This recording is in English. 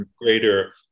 greater